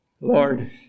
Lord